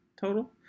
total